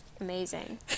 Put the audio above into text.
Amazing